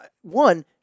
One